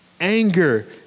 Anger